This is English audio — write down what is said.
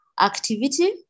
activity